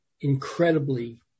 incredibly